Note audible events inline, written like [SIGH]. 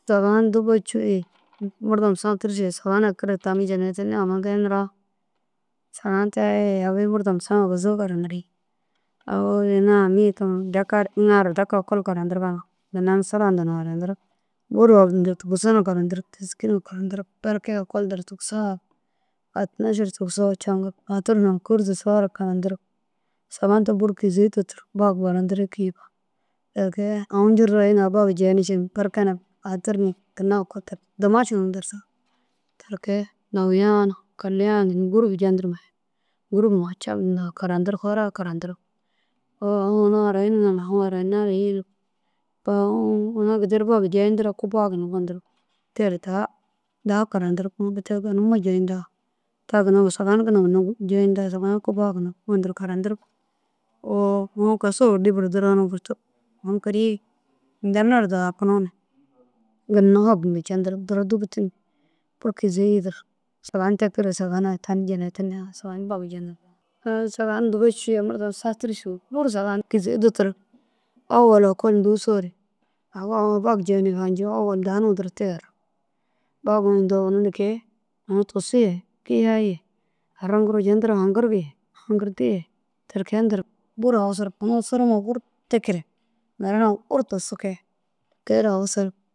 Sahun dûba cûu ye murdom saã tûrusu sahun ai kîr tani jinetini sahun te yagabiĩ murdom saã aguzuu baraniriĩ yii. Awu ina amiya taŋa daka ru iŋa ara dekaru ekol karantiriga ginna sura huntaã na haranirig bur hoguduntug dusuna karantirig dîski na karantirrig. Berke ekol dirtig sa atinašir tigisoo caŋkirig adir na kûrde suwar karantirig sahun te bur kîzeyi dutur bag barantirii yikii jika. Ti kee aũ ncururoo iŋa ai bag jeyini ciiŋa berke na adir na ginna ekol dirtig dîmašu na dirtig. Ti kee dowiya na kaliya na ginna bur hirimenture gûrup duro cabdunture fara ru karantirig aũ ini harayiniŋa na aũ ini harayina ru hinig. Aũ ina gideru kuba daha bag jeyintira ginna gontirig teere daha karantirig [UNINTELLIGIBLE] jeyinta ta ginna sahun ginna ginna jeyinta sahun kubba ginna gontir karantirig oo [UNINTELLIGIBLE] lîbir duro na gurtig aũ kuiriĩ nemer duro hakinoo na ginna fogdundu jendirig. Duro dûgutinni bur kizeyi yîdir. Sahun te kîr tani jinetini sahun ai tani jinetinni sahun tani bag jeni ru sahun dûba cûu ye murdom saã tûrusu bur sahun kîzeyi dutur. Ôwol au ekol nûsoore au aũ ai bag jeniga ncoo ôwolu dahu numa duro te irig bagu intoo unu nike tusuu ye kiyai ye arŋkiroo jentiroo haŋkirig ye hakirdi ye ti kee ndirig. Buru asurug unnu suruma buru tikire mire na buru tusuu kee ti kee ru awusuurug.